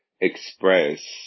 express